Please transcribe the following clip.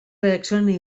reaccionen